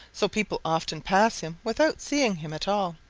so people often pass him without seeing him at all,